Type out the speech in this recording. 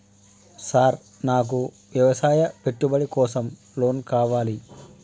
Sir నాకు వ్యవసాయ పెట్టుబడి కోసం లోన్ కావాలి?